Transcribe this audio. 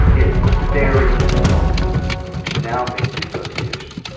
it's very difficult to now make the association